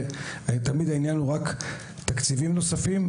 ותמיד העניין הוא רק תקציבים נוספים,